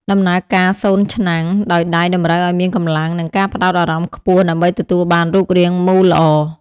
ដំណើរការ សូនឆ្នាំង ដោយដៃតម្រូវឱ្យមានកម្លាំង និងការផ្តោតអារម្មណ៍ខ្ពស់ដើម្បីទទួលបានរូបរាងមូលល្អ។